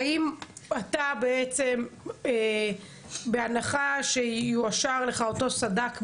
האם אתה בהנחה שיאושר לך אותו סד"כ מילואים,